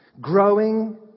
Growing